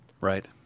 Right